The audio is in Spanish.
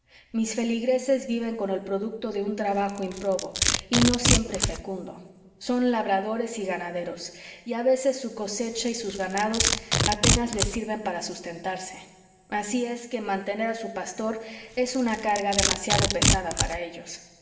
mis feligreses viven con el producto de un trabajo improbo y no siempre fecundo son labradores y ganaderos y a veces su cosecha y sus ganados apenas les sirven para sustentarse así es que mantener a su pastor es una carga demasiado pesada para ellos